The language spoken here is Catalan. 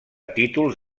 títols